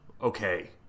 okay